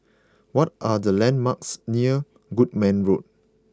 what are the landmarks near Goodman Road